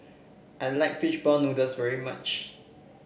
I like fish ball noodles very much